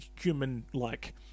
human-like